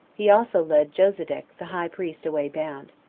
he also led josedek the high priest away bound.